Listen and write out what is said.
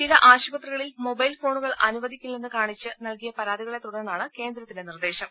ചില ആശുപത്രികളിൽ മൊബൈൽ ഫോണുകൾ അനുവദിക്കില്ലെന്ന് കാണിച്ച് നൽകിയ പരാതികളെത്തുടർന്നാണ് കേന്ദ്രത്തിന്റെ നിർദ്ദേശം